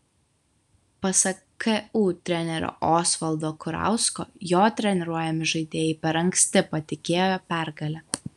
pasak ku trenerio osvaldo kurausko jo treniruojami žaidėjai per anksti patikėjo pergale